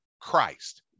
Christ